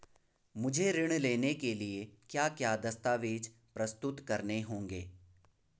मुझे ऋण लेने के लिए क्या क्या दस्तावेज़ प्रस्तुत करने होंगे?